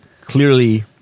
clearly